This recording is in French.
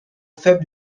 faibles